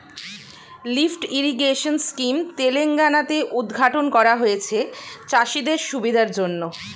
lift irrigation scheme Telangana তে উদ্ঘাটন করা হয়েছে চাষিদের সুবিধার জন্যে